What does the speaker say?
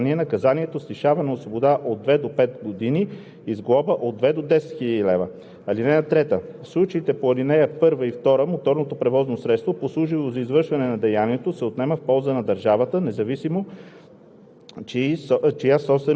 сговорили се предварително за неговото осъществяване, или чрез използването на неистински или преправен документ или на документ с невярно съдържание, наказанието е лишаване от свобода от две до пет години и с глоба от две до десет хиляди лева. (3) В